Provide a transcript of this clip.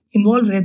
Involved